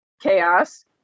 chaos